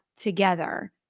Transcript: together